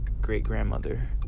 great-grandmother